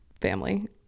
family